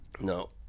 No